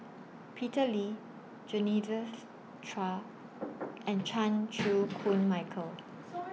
Peter Lee Genevieve Chua and Chan Chew Koon Michael